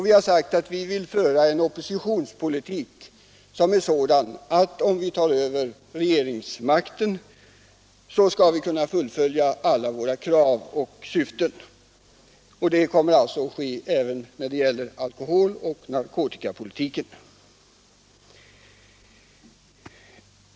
Vi har sagt att vi vill föra en oppositionspolitik som är sådan att vi, om vi tar över regeringsmakten, skall kunna fullfölja alla våra krav och syften. Det gäller även alkoholoch narkotikapolitiken.